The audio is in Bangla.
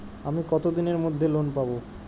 আমি কতদিনের মধ্যে লোন পাব?